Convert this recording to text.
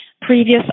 previous